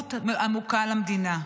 מחויבות עמוקה למדינה.